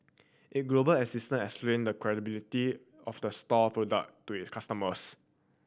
it global existence explain the credibility of the store product to it customers